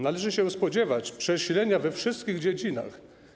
Należy się spodziewać przesilenia we wszystkich dziedzinach.